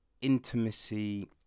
Intimacy